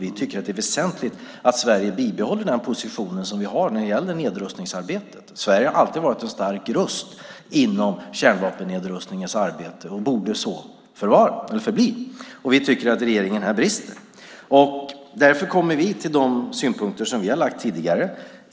Vi tycker att det är väsentligt att Sverige bibehåller den position vi har när det gäller nedrustningsarbetet. Sverige har alltid varit en stark röst i arbetet med kärnvapennedrustning, och så bör det förbli. Vi tycker att regeringen brister här. Därför kommer vi till de synpunkter som vi har lagt fram tidigare.